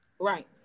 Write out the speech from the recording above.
Right